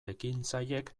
ekintzailek